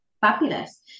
Fabulous